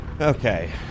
Okay